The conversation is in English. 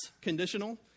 conditional